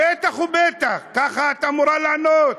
בטח ובטח, ככה את אמורה לענות,